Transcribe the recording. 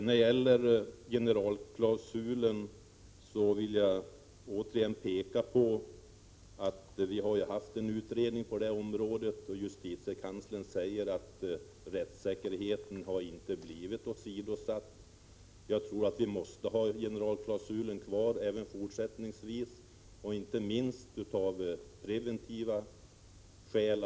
När det gäller generalklausulen vill jag återigen peka på att vi har haft en utredning på den punkten och att justitiekanslern säger att rättssäkerheten inte har blivit åsidosatt. Jag tror att vi måste ha kvar generalklausulen även fortsättningsvis, inte minst av preventiva skäl.